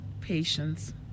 Patience